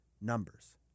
numbers